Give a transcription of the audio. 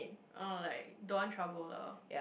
oh like don't want trouble lah